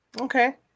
Okay